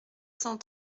cent